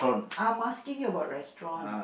I'm asking you about restaurant